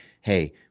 hey